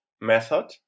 method